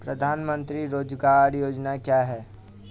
प्रधानमंत्री रोज़गार योजना क्या है?